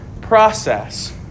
process